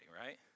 right